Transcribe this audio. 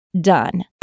done